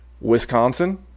Wisconsin